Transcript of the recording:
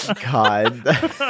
God